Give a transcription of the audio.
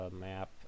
map